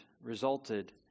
resulted